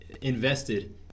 invested